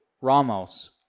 Ramos